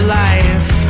life